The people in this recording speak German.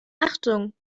achtung